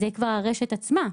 זה כבר הרשת עצמה.